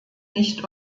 nicht